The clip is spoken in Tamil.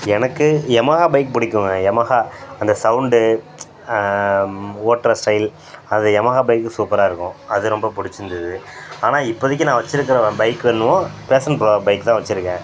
எனக்கு யமஹா பைக் பிடிக்குங்க யமஹா அந்த சௌண்டு ஓட்டுற ஸ்டைல் அது யமஹா பைக்கு சூப்பராக இருக்கும் அது ரொம்ப பிடிச்சிருந்தது ஆனால் இப்போதிக்கு நான் வச்சுருக்கிற பைக்கு என்னவோ பேசன் ப்ரோ பைக் தான் வச்சுருக்கேன்